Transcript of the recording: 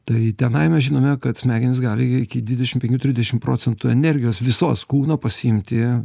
tai tenai mes žinome kad smegenys gali iki dvidešimt penkių trisdešimt procentų energijos visos kūno pasiimti